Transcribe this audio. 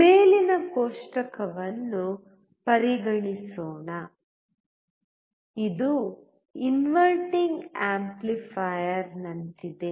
ಮೇಲಿನ ಕೋಷ್ಟಕವನ್ನು ಪರಿಗಣಿಸೋಣ ಇದು ಇನ್ವರ್ಟಿಂಗ್ ಆಂಪ್ಲಿಫೈಯರ್ನಂತಿದೆ